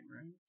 right